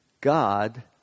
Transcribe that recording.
God